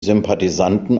sympathisanten